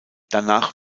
danach